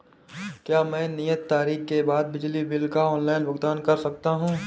क्या मैं नियत तारीख के बाद बिजली बिल का ऑनलाइन भुगतान कर सकता हूं?